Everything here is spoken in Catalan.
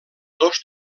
dos